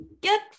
get